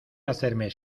hacerme